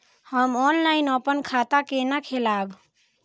हम ऑनलाइन अपन खाता केना खोलाब?